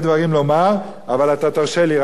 אבל אתה תרשה לי רק את הפסוקים שהכנתי.